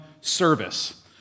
service